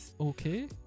Okay